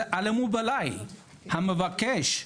זה אלמובלאי, המבקש,